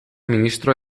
ministro